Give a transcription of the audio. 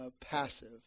passive